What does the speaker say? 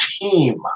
team